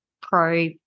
Pro